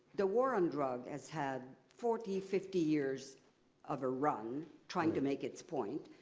the war on drugs has had forty, fifty years of a run trying to make its point.